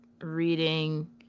reading